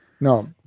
No